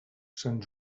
sant